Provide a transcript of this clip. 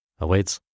awaits